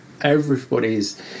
Everybody's